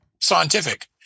scientific